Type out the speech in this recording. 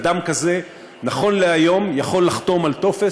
אדם כזה נכון להיום יכול לחתום על טופס